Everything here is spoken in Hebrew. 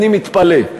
אני מתפלא,